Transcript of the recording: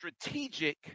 strategic